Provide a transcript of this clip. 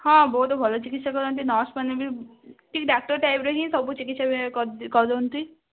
ହଁ ବହୁତ ଭଲ ଚିକିତ୍ସା କରନ୍ତି ନର୍ସମାନେ ବି ଠିକ୍ ଡାକ୍ତର ଟାଇପର ହିଁ ସବୁ ଚିକିତ୍ସା କରି କରନ୍ତି